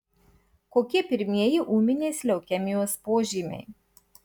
kokie pirmieji ūminės leukemijos požymiai